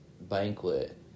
banquet